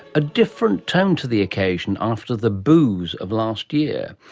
a different tone to the occasion after the boos of last year.